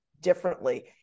differently